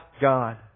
God